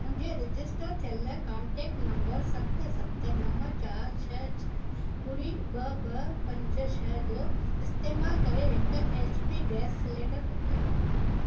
मुंहिंजे रजिस्टर थियल contact number सत सत नव चार छह छह ॿुड़ी ॿ ॿ पंज छह जो इस्तेमाल करे हिक H P gas cylinder book कर्यो